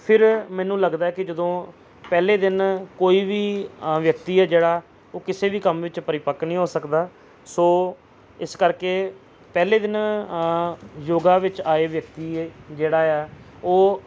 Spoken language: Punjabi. ਫਿਰ ਮੈਨੂੰ ਲੱਗਦਾ ਕਿ ਜਦੋਂ ਪਹਿਲੇ ਦਿਨ ਕੋਈ ਵੀ ਵਿਅਕਤੀ ਆ ਜਿਹੜਾ ਉਹ ਕਿਸੇ ਵੀ ਕੰਮ ਵਿੱਚ ਪਰਿਪੱਕ ਨਹੀਂ ਹੋ ਸਕਦਾ ਸੋ ਇਸ ਕਰਕੇ ਪਹਿਲੇ ਦਿਨ ਯੋਗਾ ਵਿੱਚ ਆਏ ਵਿਅਕਤੀ ਜਿਹੜਾ ਆ ਉਹ